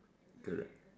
correct